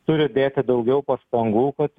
turi dėti daugiau pastangų kad